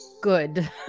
Good